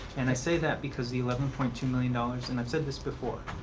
and i say that because the eleven point two million dollars and i've said this before,